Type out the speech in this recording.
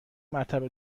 مطب